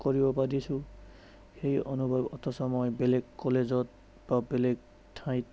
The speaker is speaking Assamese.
কৰিব পাৰিছোঁ সেই অনুভৱ অথচ মই বেলেগ কলেজত বা বেলেগ ঠাইত